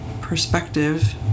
perspective